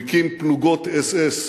הוא הקים פלוגות אס.אס